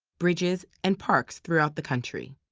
bridges, and parks throughout the country.